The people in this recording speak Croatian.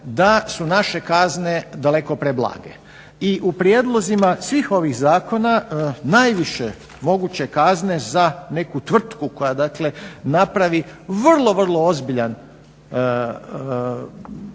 da su naše kazne daleko preblage. I u prijedlozima svih ovih zakona najviše moguće kazne za neku tvrtku koja napravi vrlo, vrlo ozbiljno kazneno